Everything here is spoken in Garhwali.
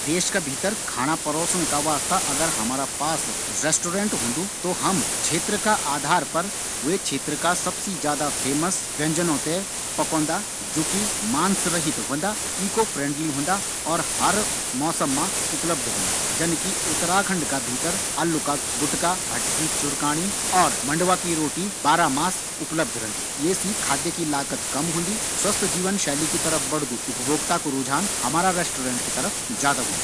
देश का भीतर खाणा परोसन का वास्ता हमारा पास अगर रेस्टोरेंट होन्दु तो हम शाकाहारी भोजन ते परोसदा जन्न की उत्तराखंड मा आलू का गुटका भट्ट की चूरकानी परोसे जांदी ज्वा की बारमास उपलब्ध रंदी ये सी खाद्य की लागत भी कम औन्दी.